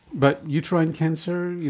but uterine cancer,